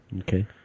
Okay